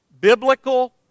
biblical